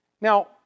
Now